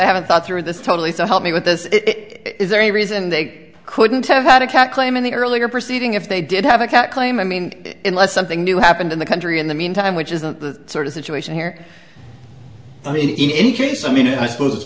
i haven't thought through this totally to help me with this it is there a reason they couldn't have had a cat claim in the earlier proceeding if they did have a cat claim i mean unless something new happened in the country in the meantime which isn't the sort of situation here i mean in any case i mean i suppose it's